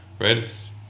Right